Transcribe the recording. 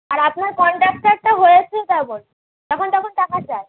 আর আপনার কনডাক্টারটা হয়েছে তেমন যখন তখন টাকা চায়